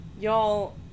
Y'all